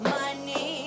money